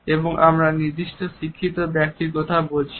এবং আমি সাধারণ শিক্ষিত ব্যক্তির কথা বলছি